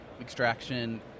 extraction